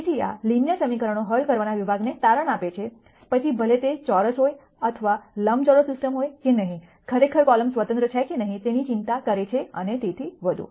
તેથી આ લિનિયર સમીકરણો હલ કરવાના વિભાગને તારણ આપે છે પછી ભલે તે ચોરસ હોય અથવા લંબચોરસ સિસ્ટમ હોય કે નહીં ખરેખર કોલમ સ્વતંત્ર છે કે નહીં તેની ચિંતા કરે છે અને તેથી વધુ